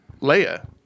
Leia